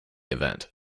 event